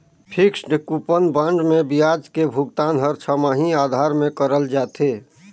fixed coupon bond मे बियाज के भुगतान हर छमाही आधार में करल जाथे